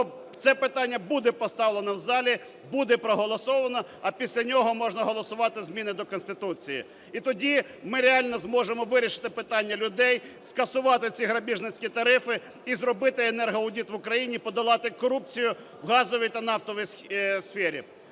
це питання буде поставлено в залі, буде проголосоване, а після нього можна голосувати зміни до Конституції. І тоді ми реально зможемо вирішити питання людей, скасувати ці грабіжницькі тарифи і зробити енергоаудит в Україні, подолати корупцію в газовій та нафтовій сфері.